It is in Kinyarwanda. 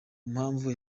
mpamvu